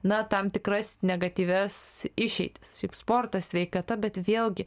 na tam tikras negatyvias išeitis šiaip sportas sveikata bet vėlgi